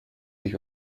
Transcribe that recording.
sich